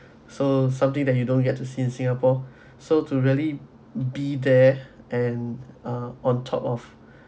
so something that you don't get to see in singapore so to really be there and ah on top of